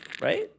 Right